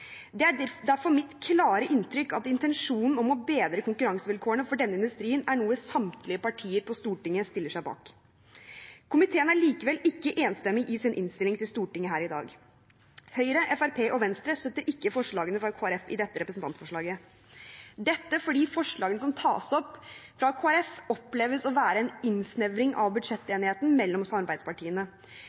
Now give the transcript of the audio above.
dag. Det er derfor mitt klare inntrykk at intensjonen om å bedre konkurransevilkårene for denne industrien er noe samtlige partier på Stortinget stiller seg bak. Komiteen er likevel ikke enstemmig i sin innstilling til Stortinget her i dag. Høyre, Fremskrittspartiet og Venstre støtter ikke forslagene fra Kristelig Folkeparti i dette representantforslaget, dette fordi forslagene som tas opp fra Kristelig Folkeparti, oppleves å være en innsnevring av budsjettenigheten mellom samarbeidspartiene.